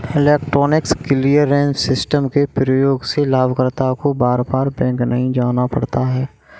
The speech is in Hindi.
इलेक्ट्रॉनिक क्लीयरेंस सिस्टम के प्रयोग से लाभकर्ता को बार बार बैंक नहीं जाना पड़ता है